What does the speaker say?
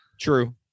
True